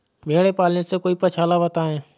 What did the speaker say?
भेड़े पालने से कोई पक्षाला बताएं?